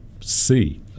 see